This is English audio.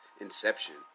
Inception